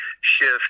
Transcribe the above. shift